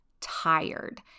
tired